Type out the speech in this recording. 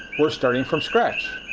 we're starting from scratch.